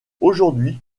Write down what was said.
aujourd’hui